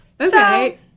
Okay